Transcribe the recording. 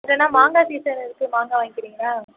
இல்லைன்னா மாங்காய் சீசன் இருக்குது மாங்காய் வாங்க்கிறீங்களா